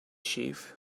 chief